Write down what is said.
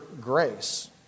grace